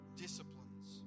disciplines